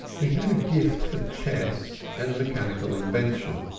he had a gift for chess and mechanical invention,